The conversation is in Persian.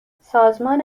سازمان